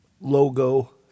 logo